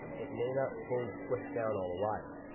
it may not fully squish down all the wires.